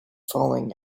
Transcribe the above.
falling